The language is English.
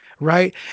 right